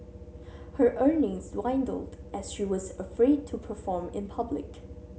her earnings dwindled as she was afraid to perform in public